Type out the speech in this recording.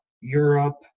Europe